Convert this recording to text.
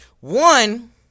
One